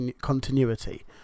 continuity